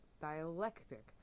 dialectic